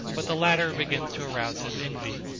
but the latter begins to arouse his envy.